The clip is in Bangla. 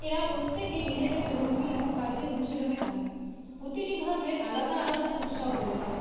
এরা প্রত্যেকে নিজেদের ধর্মীয় কাজে অনুশীলনকারী প্রতিটি ধর্মের আলাদা আলাদা উৎসব রয়েছে